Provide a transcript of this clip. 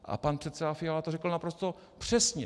A pan předseda Fiala to řekl naprosto přesně.